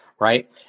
Right